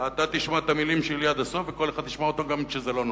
אתה תשמע את המלים שלי עד הסוף וכל אחד ישמע אותן גם כשזה לא נוח.